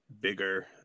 bigger